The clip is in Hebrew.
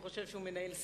הוא חושב שהוא מנהל סיעה.